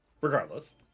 Regardless